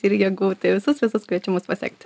ir jėgų tai visus visus kviečiu mus pasekti